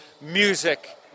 music